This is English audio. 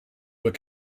were